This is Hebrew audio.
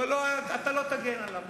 לא, לא, אתה לא תגן עליו.